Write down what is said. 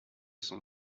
son